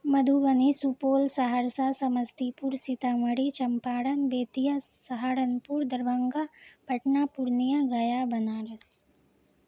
Madhubani Supaul Saharsa Samastipur Sitamarhi Champaran Bettiah Saharanpur Darbhanga Patna Purnia Gaya Banaras